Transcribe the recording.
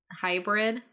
hybrid